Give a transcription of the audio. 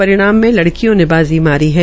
परिणाम में लड़कियों ने बाज़ी मारी है